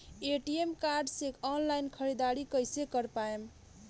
ATM card से online ख़रीदारी कइसे कर पाएम?